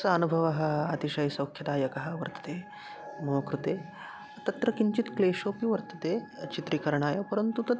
सः अनुभवः अतिशय सौख्यदायकः वर्तते मम कृते तत्र किञ्चित् क्लेशोपि वर्तते चित्रीकरणाय परन्तु तत्